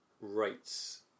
rates